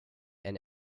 and